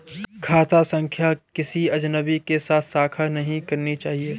खाता संख्या किसी अजनबी के साथ साझा नहीं करनी चाहिए